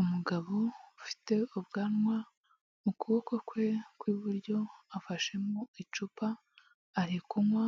Umugabo ufite ubwanwa mu kuboko kwe kw'iburyo afashe mO icupa arikunywa